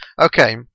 Okay